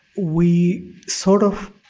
we sort of,